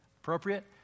appropriate